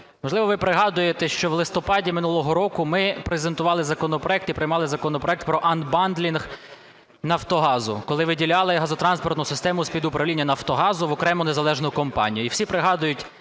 Можливо, ви пригадуєте, що в листопаді минулого року ми презентували законопроект і приймали законопроект про анбандлінг "Нафтогазу", коли виділяли газотранспортну систему з-під управління "Нафтогазу" в окрему незалежну компанію.